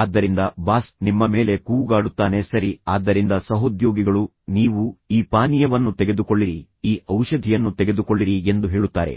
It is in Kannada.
ಆದ್ದರಿಂದ ಬಾಸ್ ನಿಮ್ಮ ಮೇಲೆ ಕೂಗಾಡುತ್ತಾನೆ ಸರಿ ಆದ್ದರಿಂದ ಸಹೋದ್ಯೋಗಿಗಳು ನೀವು ಈ ಪಾನೀಯವನ್ನು ತೆಗೆದುಕೊಳ್ಳಿರಿ ಈ ಔಷಧಿಯನ್ನು ತೆಗೆದುಕೊಳ್ಳಿರಿ ಎಂದು ಹೇಳುತ್ತಾರೆ